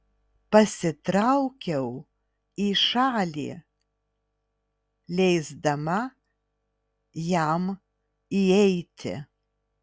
pasitraukiau į šalį leisdama jam įeiti